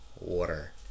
water